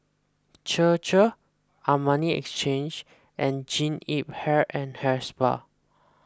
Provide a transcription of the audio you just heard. Chir Chir Armani Exchange and Jean Yip Hair and Hair Spa